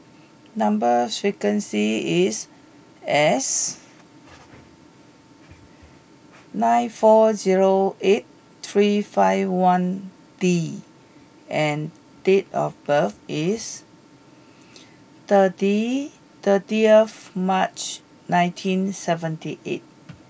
number sequence is S nine four zero eight three five one D and date of birth is thirty thirtieth March nineteen seventy eight